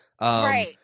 Right